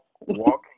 Walking